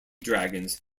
dragons